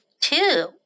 two